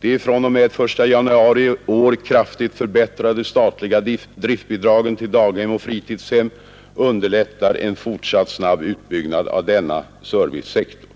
De fr.o.m. den 1 januari i år kraftigt förbättrade statliga driftbidragen till daghem och fritidshem underlättar en fortsatt snabb utbyggnad av denna servicesektor.